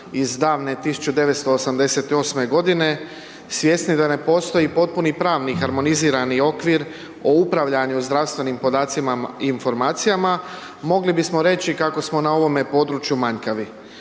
iz davne 1988.-me godine, svjesni da ne postoji potpuni pravni harmonizirani okvir o upravljanju zdravstvenim podacima i informacijama, mogli bismo reći kako smo na ovome području manjkavi.